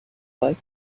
like